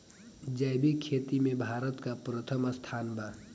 जैविक खेती में भारत का प्रथम स्थान बा